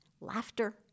laughter